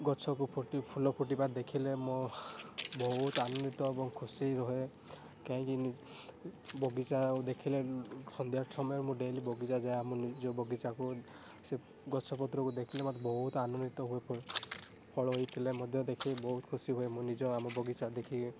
ଗଛକୁ ଫୁଟି ଫୁଲ ଫୁଟିବାର ଦେଖିଲେ ମୁଁ ବହୁତ ଆନନ୍ଦିତ ଏବଂ ଖୁସି ରୁହେ କାହିଁକି ବଗିଚା ଆଉ ଦେଖିଲେ ସନ୍ଧ୍ୟା ସମୟ ମୁଁ ଡେଲି ବଗିଚା ଯାଏ ଆମ ନିଜ ବଗିଚାକୁ ସେ ଗଛପତ୍ରକୁ ଦେଖିଲେ ମୋତେ ବହୁତ ଆନନ୍ଦିତ ହୋଇପଡ଼େ ଫଳ ହେଉଥିଲେ ମଧ୍ୟ ଦେଖି ବହୁତ ଖୁସି ହୁଏ ମୁଁ ନିଜ ଆମ ବଗିଚା ଦେଖି